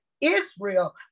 Israel